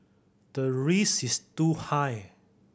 the risk is too high